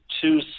two